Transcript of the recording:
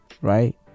right